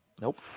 Nope